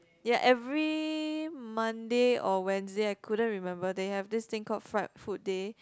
ya every Monday or Wednesday I couldn't remember they have this thing called fried food day